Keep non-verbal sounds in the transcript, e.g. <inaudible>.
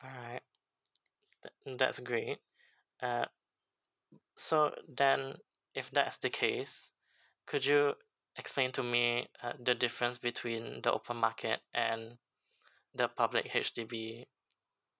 alright that mm that's great <breath> uh so then if that's the case could you explain to me uh the difference between the open market and the public H_D_B